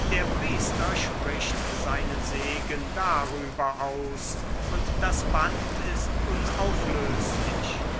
der priester spricht seinen segen darüber aus und das band ist unauflöslich